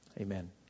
Amen